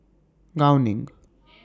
Gao Ning